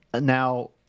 Now